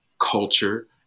culture